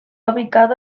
ubicado